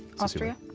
austria?